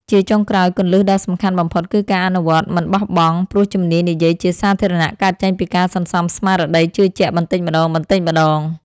ជាចុងក្រោយ គន្លឹះដ៏សំខាន់បំផុតគឺការអនុវត្តមិនបោះបង់ ព្រោះជំនាញនិយាយជាសាធារណៈកើតចេញពីការសន្សំស្មារតីជឿជាក់បន្តិចម្ដងៗ។